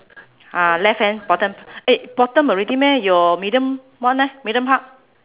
uh left hand bottom eh bottom already meh your medium one leh medium part